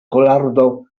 kolardo